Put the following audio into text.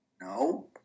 No